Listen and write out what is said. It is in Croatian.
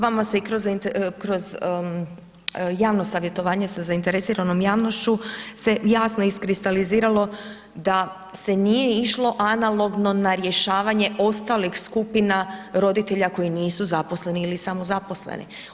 Vama se i kroz javno savjetovanje sa zainteresiranom javnošću se jasno iskristaliziralo da se nije išlo analogno na rješavanje ostalih skupina roditelja koji nisu zaposleni ili samozaposleni.